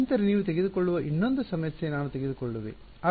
ನಂತರ ನೀವು ತೆಗೆದುಕೊಳ್ಳುವ ಇನ್ನೊಂದು ಸಮಸ್ಯೆ ನಾನು ತೆಗೆದುಕೊಳ್ಳುವೆ